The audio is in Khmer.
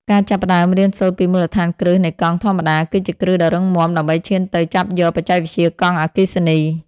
ការចាប់ផ្តើមរៀនសូត្រពីមូលដ្ឋានគ្រឹះនៃកង់ធម្មតា គឺជាគ្រឹះដ៏រឹងមាំដើម្បីឈានទៅចាប់យកបច្ចេកវិទ្យាកង់អគ្គិសនី។